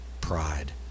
pride